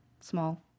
small